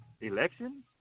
election